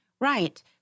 Right